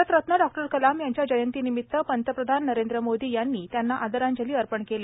Bharat Ratna doctor Kalam यांच्या जयंतीनिमित्त पंतप्रधान नरेंद्र मोदी यांनी त्यांना आदरांजली अर्पण केली